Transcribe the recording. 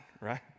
right